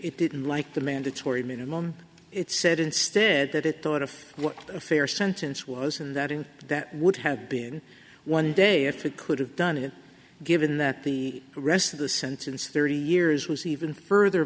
it didn't like the mandatory minimum it said instead that it thought of what a fair sentence was and that in that would have been one day if it could have done it given that the rest of the sentence thirty years was even further